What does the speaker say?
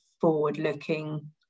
forward-looking